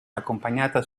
accompagnata